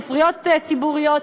ספריות ציבוריות,